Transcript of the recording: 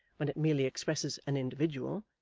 when it merely expresses an individual,